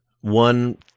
one